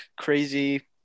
crazy –